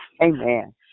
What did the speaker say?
Amen